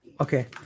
Okay